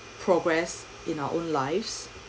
progress in our own lives